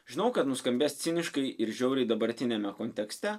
žinau kad nuskambės ciniškai ir žiauriai dabartiniame kontekste